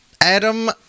Adam